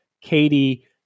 Katie